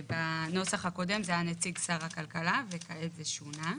בנוסח הקודם זה היה נציג שר הכלכלה וכעת זה שונה.